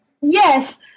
Yes